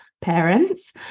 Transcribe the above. parents